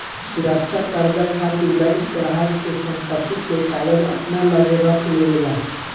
सुरक्षा कर्जा खातिर बैंक ग्राहक के संपत्ति के कागज अपना लगे रख लेवे ला